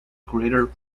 greater